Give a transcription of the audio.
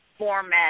Format